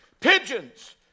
Pigeons